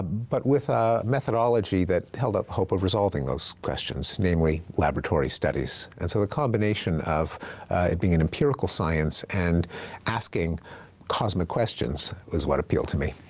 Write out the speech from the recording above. but with a methodology that held out hope of resolving those questions, namely laboratory studies. and so the combination of it being an empirical science and asking cosmic questions was what appealed to me.